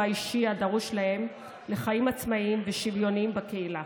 אישי הדרוש להם לחיים עצמאיים ושוויוניים בקהילה.